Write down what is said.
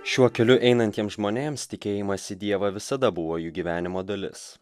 šiuo keliu einantiems žmonėms tikėjimas į dievą visada buvo jų gyvenimo dalis